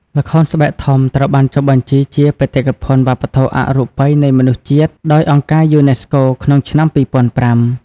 ល្ខោនស្បែកធំ ត្រូវបានចុះបញ្ជីជា បេតិកភណ្ឌវប្បធម៌អរូបីនៃមនុស្សជាតិ ដោយអង្គការយូណេស្កូ ក្នុងឆ្នាំ ២០០៥